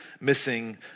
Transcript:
missing